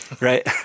right